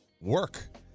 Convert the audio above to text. work